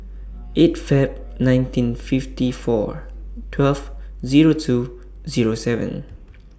eight Feb nineteen fifty four twelve Zero two Zero seven